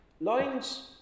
Lines